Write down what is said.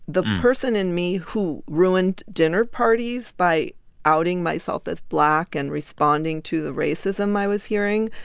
the person in me who ruined dinner parties by outing myself as black and responding to the racism i was hearing.